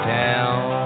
town